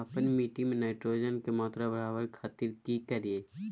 आपन मिट्टी में नाइट्रोजन के मात्रा बढ़ावे खातिर की करिय?